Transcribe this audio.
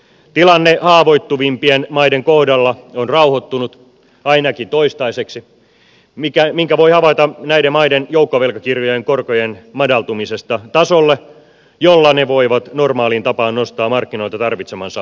tilanne haavoittuvimpien maiden kohdalla on rauhoittunut ainakin toistaiseksi minkä voi havaita näiden maiden joukkovelkakirjojen korkojen madaltumisesta tasolle jolla ne voivat normaaliin tapaan nostaa markkinoilta tarvitsemansa lainan